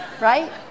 right